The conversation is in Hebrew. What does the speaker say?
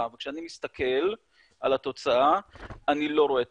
וכשאני מסתכל על התוצאה אני לא רואה תוצאות.